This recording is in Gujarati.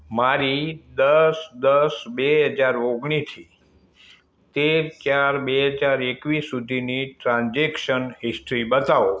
મારી દસ દસ બે હજાર ઓગણીથી તેર ચાર બે હજાર એકવીસ સુધીની ટ્રાન્ઝેક્શન હિસ્ટ્રી બતાવો